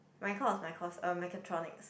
my course my course um mechatronics